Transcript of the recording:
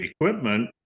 equipment